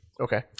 Okay